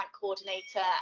coordinator